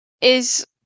is-